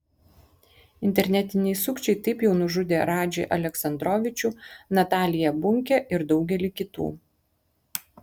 internetiniai sukčiai taip jau nužudė radžį aleksandrovičių nataliją bunkę ir daugelį kitų